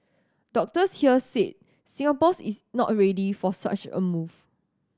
doctors here said Singapore's is not ready for such a move